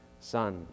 Son